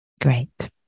Great